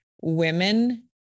women